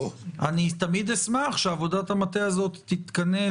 אני תמיד אשמח שעבודת המטה הזאת תתכנס